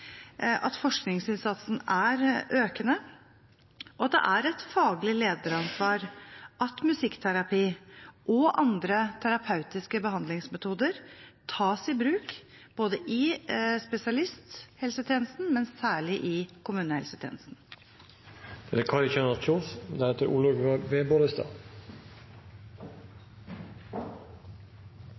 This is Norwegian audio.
at forskningsinnsatsen er økende, og at det er et faglig lederansvar at musikkterapi og andre terapeutiske behandlingsmetoder tas i bruk, både i spesialisthelsetjenesten og – særlig – i